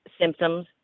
symptoms